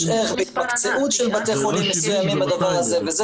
יש ערך בהתמקצעות של בתי חולים מסוימים בדבר הזה וזה